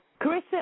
Carissa